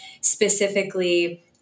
specifically